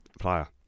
player